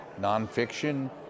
nonfiction